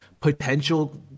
potential